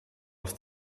als